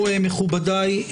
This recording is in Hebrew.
מכובדיי,